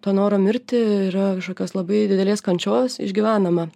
to noro mirti yra kažkokios labai didelės kančios išgyvenama